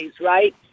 right